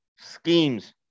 schemes